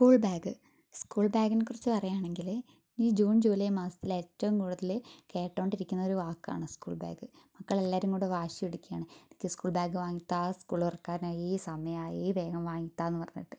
school bag school ബാഗിനെ കുറിച്ച് പറയുകയാണെങ്കിൽ ഈ ജൂൺ ജൂലായ് മാസത്തിൽ ഏറ്റവും കൂടുതൽ കേട്ടോണ്ട് ഇരിക്കുന്ന ഒരു വാക്കാണ് സ്കൂൾ ബാഗ് മക്കൾ എല്ലാവരും കൂടെ വാശി പിടിക്കുകയാണ് എനിക്ക് സ്കൂൾ ബാഗ് വാങ്ങിത്താ സ്കൂൾ തുറക്കാൻ ആയിസമയം ആയി വേഗം വാങ്ങിത്താ പറഞ്ഞിട്ട്